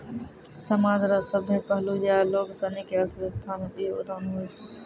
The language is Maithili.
समाज रो सभ्भे पहलू या लोगसनी के अर्थव्यवस्था मे योगदान हुवै छै